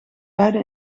beide